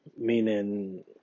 Meaning